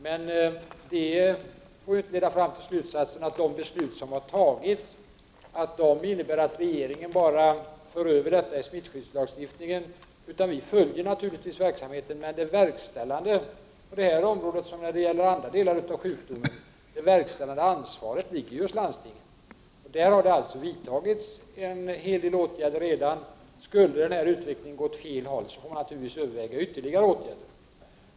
Men det får inte leda fram till slutsatsen att de beslut som har fattats innebär att regeringen bara för in sjukdomen i smittskyddslagen. Vi följer naturligtvis verksamheten. Men det verkställande ansvaret på detta område som när det gäller andra delar av sjukvården ligger hos landstingen. Där har det redan vidtagits en hel del åtgärder. Skulle utvecklingen gå åt fel håll, får man naturligtvis överväga ytterligare åtgärder.